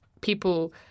People